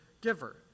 giver